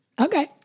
Okay